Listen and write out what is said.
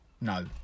No